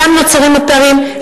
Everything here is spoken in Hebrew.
שם נוצרים הפערים,